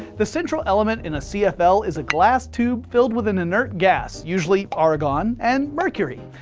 the central element in a cfl is a glass tube filled with an inert gas, usually argon and mercury.